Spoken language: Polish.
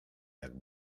jak